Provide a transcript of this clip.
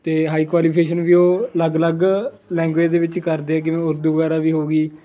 ਅਤੇ high qualification ਵੀ ਉਹ ਅਲੱਗ ਅਲੱਗ ਲੈਂਗੁਏਜ ਦੇ ਵਿੱਚ ਕਰਦੇ ਆ ਕਿਵੇਂ ਉਰਦੂ ਵਗੈਰਾ ਵੀ ਹੋ ਗਈ